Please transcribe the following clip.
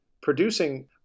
producing